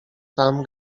tam